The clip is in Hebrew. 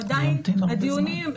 עדיין הדיונים,